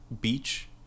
beach